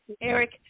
Eric